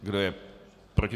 Kdo je proti?